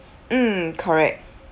mm correct